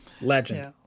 Legend